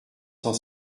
cent